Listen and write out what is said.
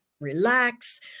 relax